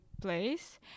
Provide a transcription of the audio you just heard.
place